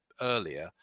earlier